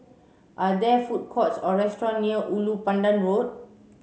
are there food courts or restaurant near Ulu Pandan Road